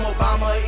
Obama